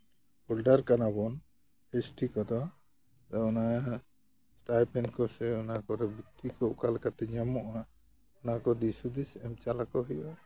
holder ᱠᱟᱱᱟ ᱵᱚᱱ S T ᱠᱚᱫᱚ ᱟᱫᱚ ᱚᱱᱟ ᱦᱟᱸᱜ ᱮᱥᱴᱷᱟᱭᱯᱷᱮᱱ ᱠᱚᱛᱮ ᱥᱮ ᱚᱱᱟ ᱠᱚᱨᱮ ᱵᱨᱤᱛᱛᱤ ᱠᱚ ᱚᱠᱟᱞᱮᱠᱟᱛᱮ ᱧᱟᱢᱚᱜᱼᱟ ᱚᱱᱟ ᱠᱚ ᱫᱤᱥ ᱦᱩᱫᱤᱥ ᱮᱢ ᱪᱟᱞᱟᱠᱚ ᱦᱩᱭᱩᱜᱼᱟ